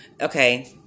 okay